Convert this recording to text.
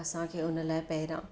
असांखे हुन लाइ पहिरां